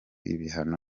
ibihano